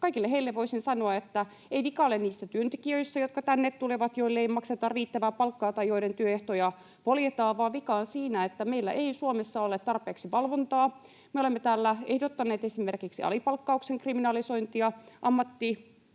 kaikille heille voisin sanoa, että vika ei ole niissä työntekijöissä, jotka tänne tulevat, joille ei makseta riittävää palkkaa tai joiden työehtoja poljetaan, vaan vika on siinä, että meillä ei Suomessa ole tarpeeksi valvontaa. Me olemme täällä ehdottaneet esimerkiksi alipalkkauksen kriminalisointia, ammattiliitoille